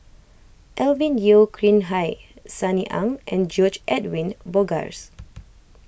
Alvin Yeo Khirn Hai Sunny Ang and George Edwin Bogaars